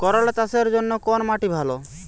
করলা চাষের জন্য কোন মাটি ভালো?